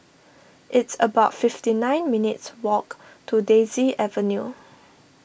it's about fifty nine minutes' walk to Daisy Avenue